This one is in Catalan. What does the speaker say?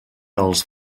els